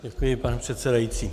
Děkuji, pane předsedající.